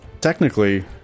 technically